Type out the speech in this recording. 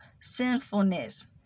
sinfulness